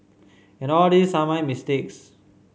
and all these are my mistakes